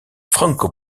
franco